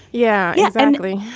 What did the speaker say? yeah. yes, definitely.